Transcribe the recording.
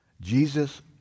Jesus